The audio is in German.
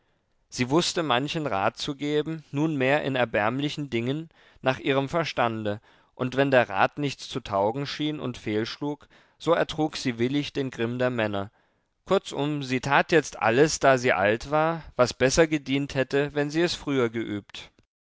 sie wußte manchen rat zu geben nunmehr in erbärmlichen dingen nach ihrem verstande und wenn der rat nichts zu taugen schien und fehlschlug so ertrug sie willig den grimm der männer kurzum sie tat jetzt alles da sie alt war was besser gedient hätte wenn sie es früher geübt